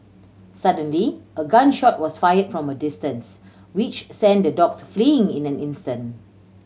suddenly a gun shot was fired from a distance which sent the dogs fleeing in an instant